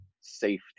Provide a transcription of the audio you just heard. safety